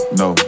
no